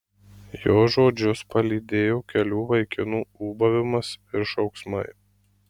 jo žodžius palydėjo kelių vaikinų ūbavimas ir šauksmai